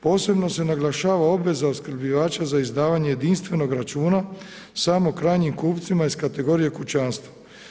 Posebno se naglašava obveza opskrbljivača za izdavanje jedinstvenog računa samo krajnjim kupcima iz kategorije kućanstva.